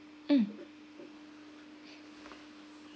mm